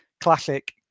classic